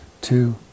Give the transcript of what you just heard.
two